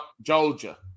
Georgia